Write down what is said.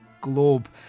globe